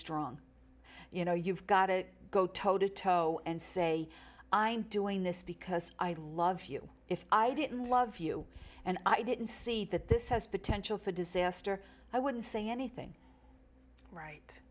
strong you know you've got to go toe to toe and say i'm doing this because i love you if i didn't love you and i didn't see that this has potential for disaster i wouldn't say anything right